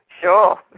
sure